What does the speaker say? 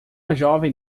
jovem